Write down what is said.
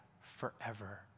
forever